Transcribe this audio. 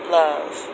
love